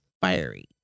fiery